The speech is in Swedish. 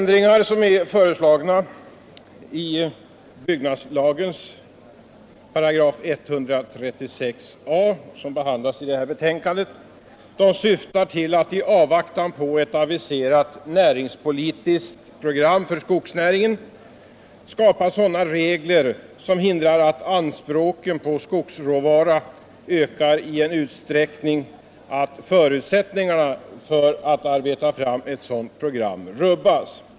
De föreslagna ändringarna i byggnadslagen syftar till att i avvaktan på ett aviserat näringspolitiskt program för skogsnäringen skapå regler som hindrar att anspråken på skogsråvara ökar i sådan utsträckning att förutsättningarna för att arbeta fram ett sådant program rubbas.